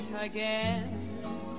again